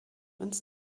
ins